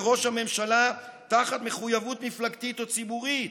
לראש הממשלה תחת מחויבות מפלגתית או ציבורית,